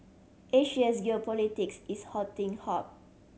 Asia's geopolitics is hotting